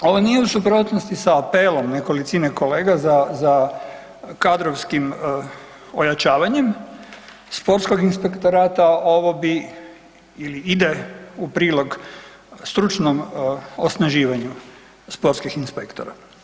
Ovo nije u suprotnosti sa apelom nekolicine kolega za, za kadrovskim ojačavanjem sportskog inspektorata, ovo bi ili ide u prilog stručnom osnaživanju sportskih inspektora.